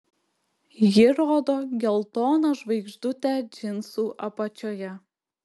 ji rodo geltoną žvaigždutę džinsų apačioje